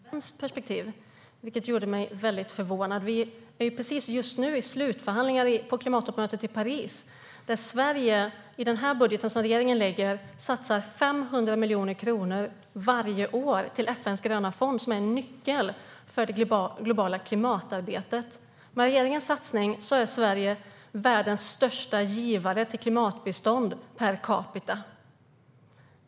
Herr talman! Maria Weimer sa att regeringen har ett strikt svenskt perspektiv, vilket gjorde mig förvånad. Vi är just nu i slutförhandlingarna av klimattoppmötet i Paris, där Sverige i den här budgeten som regeringen lägger fram satsar 500 miljoner kronor till FN:s gröna fond, som är en nyckel för det globala klimatarbetet. Med regeringens satsning är Sverige världens största givare till klimatbistånd per capita.